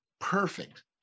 perfect